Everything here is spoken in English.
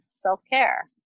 self-care